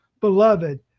Beloved